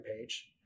page